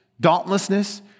dauntlessness